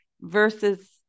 versus